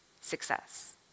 success